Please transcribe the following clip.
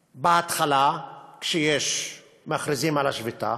בהתחלה, כשמכריזים על השביתה,